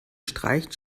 streicht